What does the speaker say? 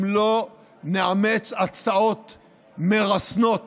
אם לא נאמץ הצעות מרסנות